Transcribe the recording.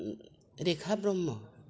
रेख ब्रह्म